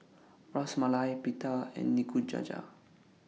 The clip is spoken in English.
Ras Malai Pita and Nikujaga